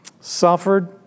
suffered